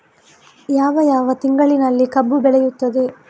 ಯಾವ ಯಾವ ತಿಂಗಳಿನಲ್ಲಿ ಕಬ್ಬು ಬೆಳೆಯುತ್ತದೆ?